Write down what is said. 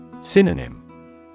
Synonym